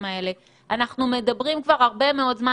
הזה אנחנו מדברים כבר הרבה מאוד זמן,